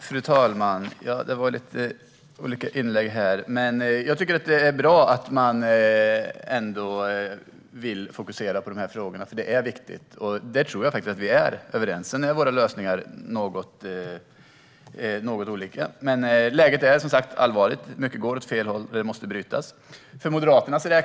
Fru talman! Jag tycker att det är bra att man vill fokusera på de här frågorna. De är viktiga. Det tror jag faktiskt att statsrådet och jag är överens om. Våra lösningar är något olika. Men läget är som sagt allvarligt. Mycket går åt fel håll, och det måste brytas.